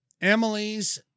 Emily's